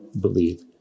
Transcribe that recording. believe